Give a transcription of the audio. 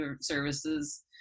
Services